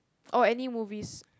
or any movies